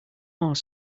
more